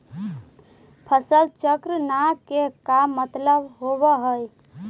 फसल चक्र न के का मतलब होब है?